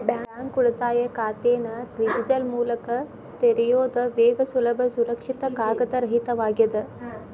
bank ಉಳಿತಾಯ ಖಾತೆನ digital ಮೂಲಕ ತೆರಿಯೋದ್ ವೇಗ ಸುಲಭ ಸುರಕ್ಷಿತ ಕಾಗದರಹಿತವಾಗ್ಯದ